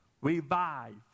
revive